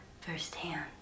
firsthand